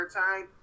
time